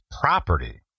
property